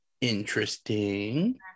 interesting